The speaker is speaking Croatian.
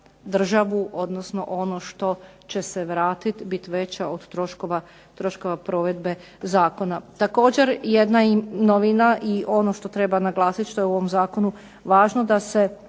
državu odnosno ono što će se vratiti biti veća od troškova provedbe zakona. Također jedna novina i ono što treba naglasiti što je u ovom zakonu važno je da se